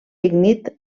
lignit